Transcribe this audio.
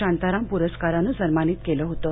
शांताराम पुरस्कारानं सन्मानित केलं होतं